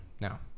Now